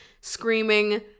screaming